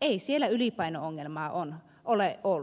ei ylipaino ongelmaa ole ollut